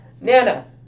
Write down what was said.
Nana